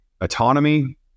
autonomy